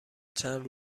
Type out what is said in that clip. چند